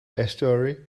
estuary